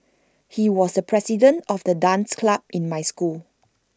he was the president of the dance club in my school